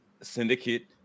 Syndicate